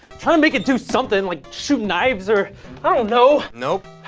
try and make it do something, like shoot knives or i don't know. nope.